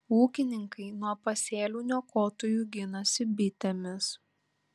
ūkininkai nuo pasėlių niokotojų ginasi bitėmis